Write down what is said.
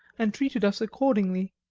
and treated us accordingly.